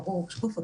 ברור ושקוף.